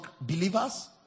believers